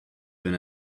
been